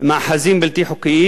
מאחזים בלתי חוקיים.